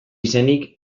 izenik